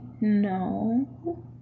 No